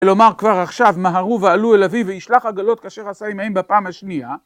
כלומר כבר עכשיו מהרו ועלו אל אביו והשלח עגלות כאשר עשה עימהם בפעם השנייה